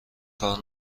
کار